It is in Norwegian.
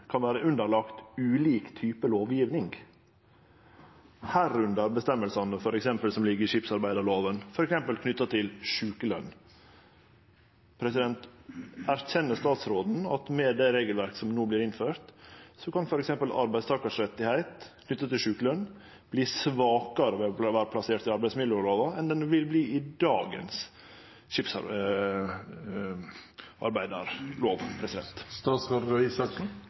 underlagt ulik type lovgiving, medrekna føresegnene som ligg i skipsarbeidsloven, f.eks. knytt til sjukeløn. Erkjenner statsråden at med det regelverket som no vert innført, kan f.eks. rettane til arbeidstakarar knytte til sjukeløn verte svakare ved å vere plasserte i arbeidsmiljølova enn dei ville vore i dagens